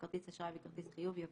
"כרטיס אשראי" ו"כרטיס חיוב" יבוא: